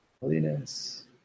holiness